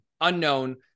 unknown